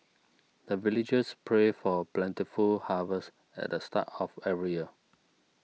the villagers pray for plentiful harvest at the start of every year